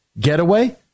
getaway